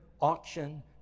auction